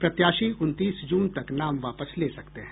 प्रत्याशी उनतीस जून तक नाम वापस ले सकते हैं